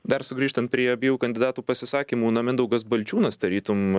dar sugrįžtant prie abiejų kandidatų pasisakymų na mindaugas balčiūnas tarytum